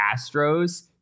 Astros